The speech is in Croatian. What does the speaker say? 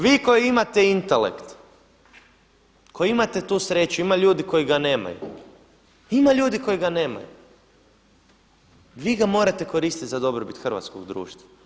Vi koji imate intelekt, koji imate tu sreću ima ljudi koji ga nemaju, ima ljudi koji ga nemaju, vi ga morate koristit za dobrobit hrvatskog društva.